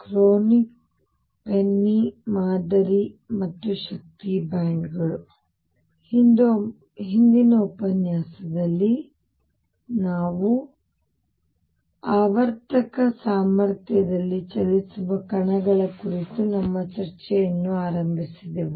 Kronig Penney ಮಾದರಿ ಮತ್ತು ಶಕ್ತಿ ಬ್ಯಾಂಡ್ಗಳು ಹಿಂದಿನ ಉಪನ್ಯಾಸದಲ್ಲಿ ನಾವು ಆವರ್ತಕ ಸಾಮರ್ಥ್ಯದಲ್ಲಿ ಚಲಿಸುವ ಕಣಗಳ ಕುರಿತು ನಮ್ಮ ಚರ್ಚೆಯನ್ನು ಆರಂಭಿಸಿದೆವು